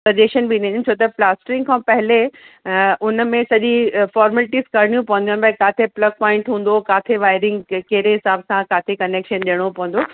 suggestion बि ॾिनियूं छो त प्लास्टरिंग सां पहिरियों उन में सॼी फॉर्मल्टीस करणी पवंदियूं आहिनि भई किथे प्लग पॉइंट हूंदो किथे वाइरिंग कहिड़े हिसाब सां किथे कनैक्शन ॾियणो पवंदो